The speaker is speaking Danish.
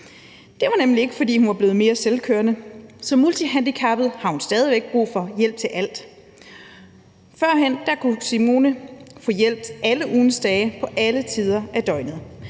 Det var nemlig ikke, fordi hun var blevet mere selvkørende. Som multihandicappet har hun stadig væk brug for hjælp til alt. Førhen kunne Simone få hjælp alle ugens dage på alle tider af døgnet,